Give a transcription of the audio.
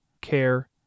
care